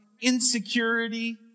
Insecurity